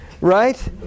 right